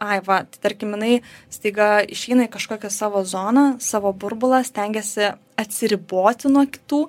ai va tarkim jinai staiga išeina į kažkokią savo zoną savo burbulą stengiasi atsiriboti nuo kitų